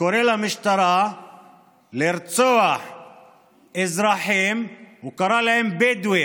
וקרא למשטרה לרצוח אזרחים, הוא קרא להם "בדואים".